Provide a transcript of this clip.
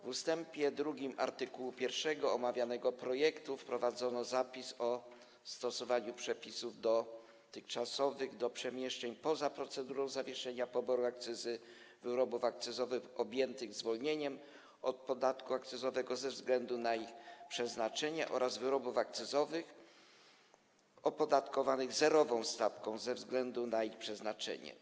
W art. 1 ust. 2 omawianego projektu wprowadzono zapis o stosowaniu przepisów dotychczasowych do przemieszczeń poza procedurą zawieszenia poboru akcyzy, wyrobów akcyzowych objętych zwolnieniem od podatku akcyzowego ze względu na ich przeznaczenie oraz wyrobów akcyzowych opodatkowanych zerową stawką ze względu na ich przeznaczenie.